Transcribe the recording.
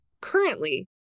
currently